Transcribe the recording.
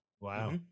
Wow